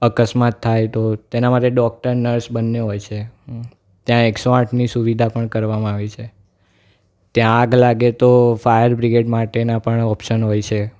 અકસ્માત થાય તો તેના માટે ડોક્ટર નર્સ બંને હોય છે ત્યાં એકસો આઠની સુવિધા પણ કરવામાં આવી છે ત્યાં આગ લાગે તો ફાયર બ્રિગેડ માટેના પણ ઓપશન હોય છે